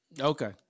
Okay